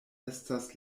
estas